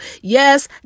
Yes